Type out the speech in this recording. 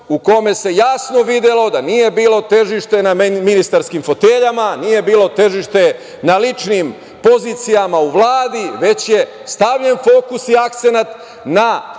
u kome se jasno videlo da nije bilo težište na ministarskim foteljama, nije bilo težište na ličnim pozicijama u Vladi, već je stavljen fokus i akcenat na